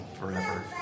forever